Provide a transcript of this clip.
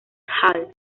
hal